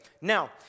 Now